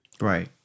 Right